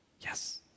Yes